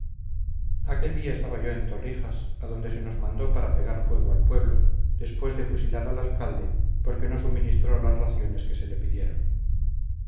aquel día estaba yo en torrijas a donde se nos mandó para pegar fuego al pueblo después de fusilar al alcalde porque no suministró las raciones que se le pidieron